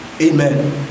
Amen